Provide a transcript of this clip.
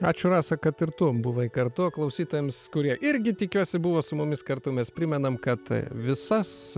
ačiū rasa kad ir tu buvai kartu klausytojams kurie irgi tikiuosi buvo su mumis kartu mes primenam kad visas